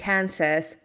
Kansas